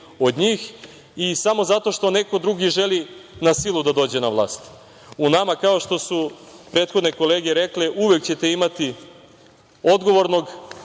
od njih i samo zato što neko drugi želi na silu da dođe na vlast.U nama, kao što su prethodne kolege rekle, uvek ćete imati odgovornog